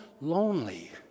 lonely